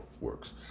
works